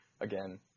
again